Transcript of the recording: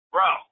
Bro